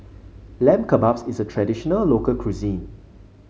Lamb Kebabs is a traditional local cuisine